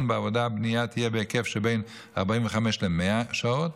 בעבודות בנייה תהיה בהיקף שבין 45 ל-100 שעות.